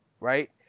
right